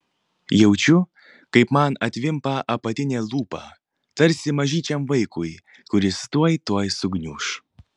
jaučiu kaip man atvimpa apatinė lūpa tarsi mažyčiam vaikui kuris tuo tuoj sugniuš